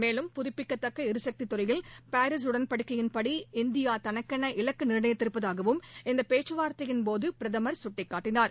மேலும் புதுப்பிக்கத்தக்க எரிசக்தித்துறையில் பாரிஸ் உடன்படிக்கையின்படி இந்தியா தனக்கென இலக்கு நிர்ணயித்திருப்பதையும் இந்தப் பேச்சுவார்த்தையின்போது பிரதமர் சுட்டிக்காட்டினார்